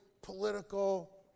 political